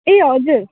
ए हजुर